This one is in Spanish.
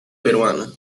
peruana